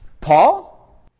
Paul